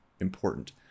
important